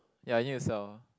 ya you need to sell